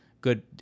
good